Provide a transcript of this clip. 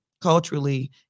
culturally